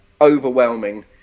overwhelming